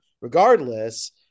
regardless